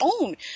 own